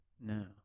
no